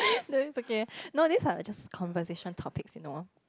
no it's okay no these are just conversation topics you know